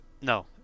No